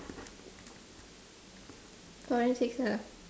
forensics ah